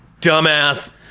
dumbass